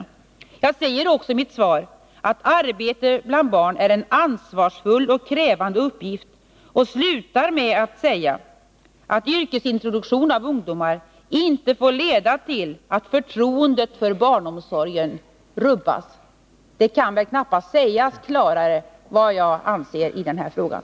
I svaret säger jag också att arbete bland barn ”är en ansvarsfull och krävande uppgift” och slutar med att säga att ”yrkesintroduktion av ungdomarna inte får leda till att förtroendet för barnomsorgen rubbas”. Vad jag anser i denna fråga kan väl knappast uttryckas klarare.